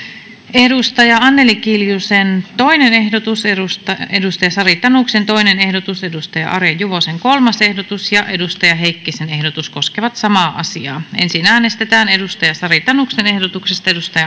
anneli kiljusen toinen ehdotus sari tanuksen toinen ehdotus arja juvosen kolmas ehdotus ja hannakaisa heikkisen ehdotus koskevat samaa asiaa ensin äänestetään sari tanuksen toisesta ehdotuksesta